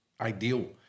ideal